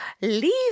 leave